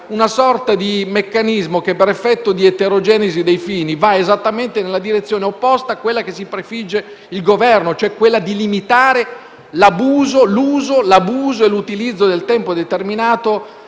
una sorta di meccanismo che, per effetto di eterogenesi dei fini, va esattamente nella direzione opposta a quella che si prefigge il Governo, e cioè anziché limitare l'uso e l'abuso del tempo determinato